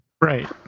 Right